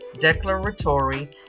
declaratory